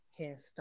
hairstyle